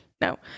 No